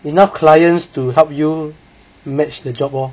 enough clients to help you match the job lor